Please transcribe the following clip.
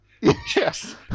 Yes